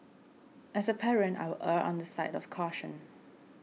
as a parent I will err on the side of caution